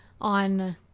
on